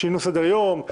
שינו סדר-יום,